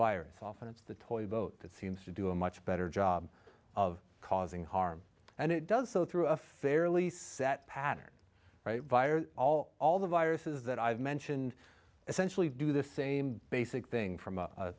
virus often it's the toy boat that seems to do a much better job of causing harm and it does so through a fairly set pattern vire all all the viruses that i've mentioned essentially do the same basic thing from